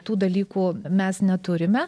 tų dalykų mes neturime